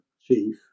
chief